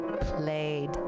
Played